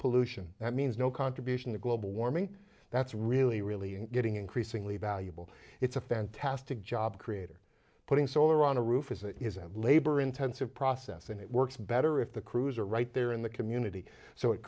pollution that means no contribution to global warming that's really really getting increasingly valuable it's a fantastic job creator putting solar on a roof is a labor intensive process and it works better if the crews are right there in the community so it